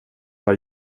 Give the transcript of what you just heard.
vara